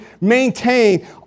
maintain